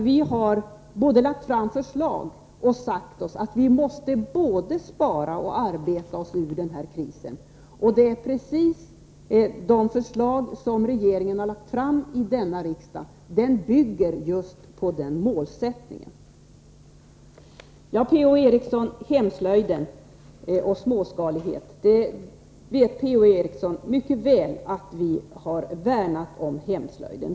Vi har lagt fram förslag och sagt att vi måste både spara och arbeta oss ur denna kris. De förslag som regeringen har förelagt denna riksdag bygger just på den målsättningen. Per-Ola Eriksson talade om hemslöjd och småskalighet. Han vet mycket väl att vi har värnat om hemslöjden.